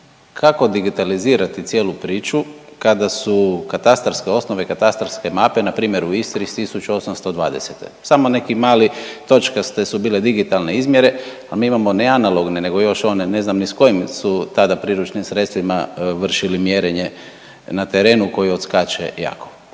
Kako digitalizirati cijelu priču kada su katastarske osnove katastarske mape npr. u Istri iz 1820.? Samo neki mali točkaste su bile digitalne izmjere, a mi imamo neanalogne, nego još one ne znam s kojim su tada priručnim sredstvima vršili mjerenje na terenu koji odskače jako.